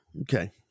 okay